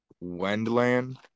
Wendland